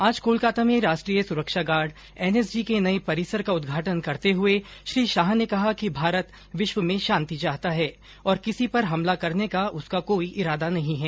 आज कोलकाता में राष्ट्रीय सुरक्षा गार्ड छैळ के नए परिसर का उदघाटन करते हुए श्री शाह ने कहा कि भारत विश्व में शांति चाहता है और किसी पर हमला करने का उसका कोई इरादा नहीं है